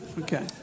Okay